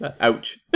Ouch